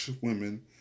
women